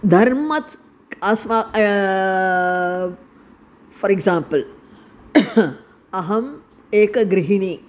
धर्मत्स् अस्मा for example अहम् एका गृहिणी